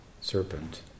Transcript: serpent